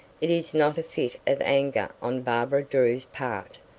it is not a fit of anger on barbara drew's part.